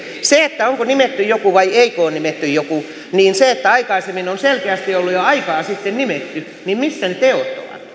tulee siihen onko nimetty joku vai eikö ole nimetty joku niin aikaisemmin on selkeästi ollut jo aikaa sitten nimetty missä ne teot ovat